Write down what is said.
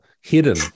hidden